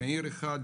מאיר 1,